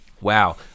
Wow